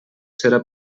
serà